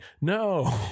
No